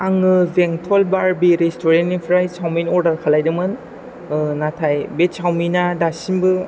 आङो बेंथल बारबि रेसट्रन निफ्राय चावमिन अर्डार खालायदोंमोन नाथाय बे चावमिना दासिमबो